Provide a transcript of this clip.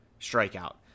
strikeout